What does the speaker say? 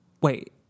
Wait